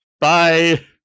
Bye